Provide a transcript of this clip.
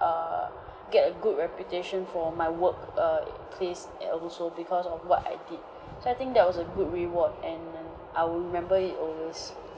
err get a good reputation for my work err uh place and also because of what I did so I think that was a good reward and then I will remember it always